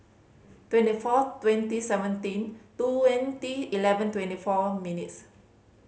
twenty fourth twenty seventeen twenty eleven twenty four minutes